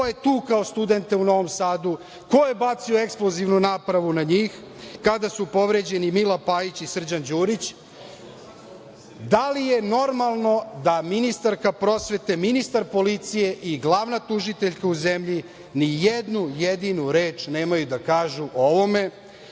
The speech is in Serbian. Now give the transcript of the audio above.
Ko je tukao studente u Novom Sadu? Ko je bacio eksplozivnu napravu na njih, kada su povređeni Mila Pajić i Srđan Đurić? Da li je normalno da ministarka prosvete, ministar policije i glavna tužiteljka u zemlji nijednu jedinu reč nemaju da kažu o ovome?